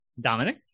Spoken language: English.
Dominic